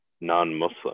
non-muslim